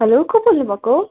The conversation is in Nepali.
हेलो को बोल्नुभएको